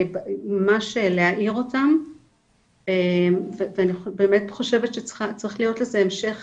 ממש להאיר אותם ואני באמת חושבת שצריך להיות לזה המשך